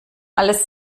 alles